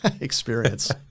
experience